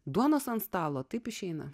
duonos ant stalo taip išeina